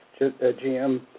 GM